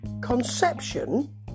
conception